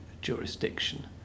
jurisdiction